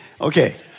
Okay